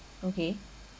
okay